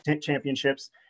championships